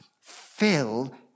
fill